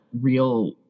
real